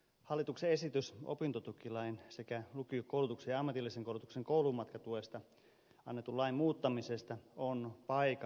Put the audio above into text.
hallituksen esitys opintotukilain sekä lukiokoulutuksen ja ammatillisen koulutuksen opiskelijoiden koulumatkatuesta annetun lain muuttamisesta on paikallaan